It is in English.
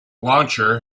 launcher